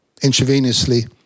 intravenously